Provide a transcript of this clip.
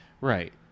right